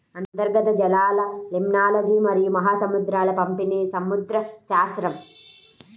అంతర్గత జలాలలిమ్నాలజీమరియు మహాసముద్రాల పంపిణీసముద్రశాస్త్రం